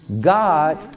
God